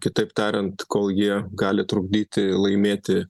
kitaip tariant kol jie gali trukdyti laimėti